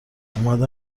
اومدم